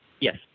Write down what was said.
Yes